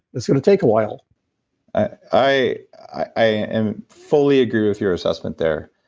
that's going to take a while i i and fully agree with your assessment there,